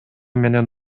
менен